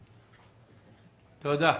תודה.